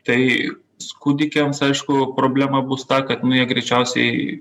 tai kūdikiams aišku problema bus ta kad greičiausiai